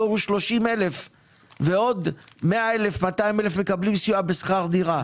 התור הוא 30,000 ועוד 100,000 200,000 מקבלים סיוע בשכר דירה.